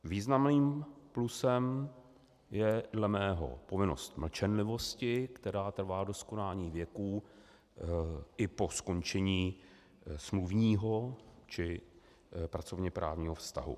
Významným plusem je dle mého povinnost mlčenlivosti, která trvá do skonání věků, i po skončení smluvního či pracovněprávního vztahu.